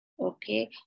okay